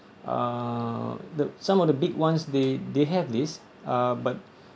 uh the some of the big ones they they have this uh but